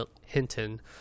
Hinton